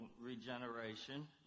regeneration